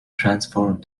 transformed